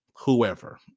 whoever